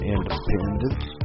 Independence